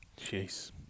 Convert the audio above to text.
Jeez